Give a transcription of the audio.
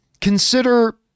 Consider